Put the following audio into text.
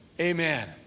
Amen